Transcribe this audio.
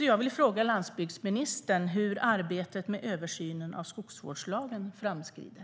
Jag vill fråga landsbygdsministern hur arbetet med översynen av skogsvårdslagen framskrider.